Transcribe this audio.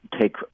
take